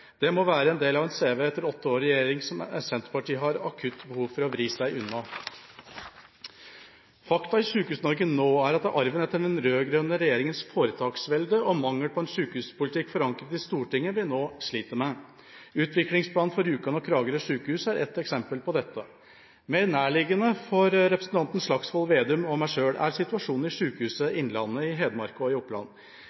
Det må være en del av en CV etter åtte år i regjering som Senterpartiet har et akutt behov for å vri seg unna. Fakta i Sykehus-Norge nå er at det er arven etter den rød-grønne regjeringas foretaksvelde og mangel på en sykehuspolitikk forankret i Stortinget vi nå sliter med. Utviklingsplanen for Rjukan og Kragerø sykehus er et eksempel på dette. Mer nærliggende for representanten Slagsvold Vedum og meg selv er situasjonen i